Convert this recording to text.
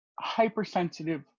hypersensitive